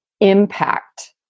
impact